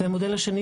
והמודל השני,